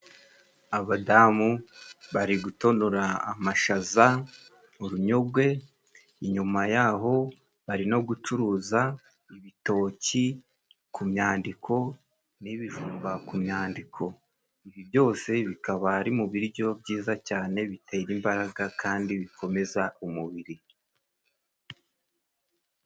Abadamu bari gutonora amashaza, urunyogwe inyuma yaho bari no gucuruza ibitoki ku myandiko, n'ibijumba ku myandiko. Ibi byose bikaba ari mu biryo byiza cyane bitera imbaraga kandi bikomeza umubiri.